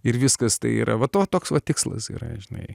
ir viskas tai yra va to toks va tikslas yra žinai